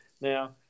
Now